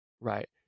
right